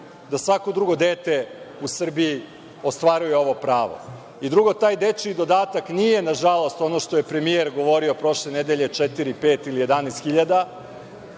da svako drugo dete u Srbiji ostvaruje ovo pravo. Drugo, taj dečiji dodatak nije, nažalost, ono što je premijer govorio prošle nedelje, četiri, pet ili